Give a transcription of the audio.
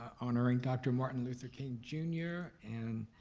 honoring dr. martin luther king, jr, and.